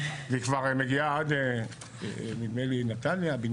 והיא כבר מגיעה עם החשמול נדמה לי עד בנימינה.